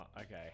okay